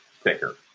thicker